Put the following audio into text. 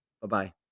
Bye-bye